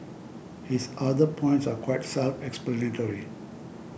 his other points are quite self explanatory